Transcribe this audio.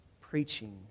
preaching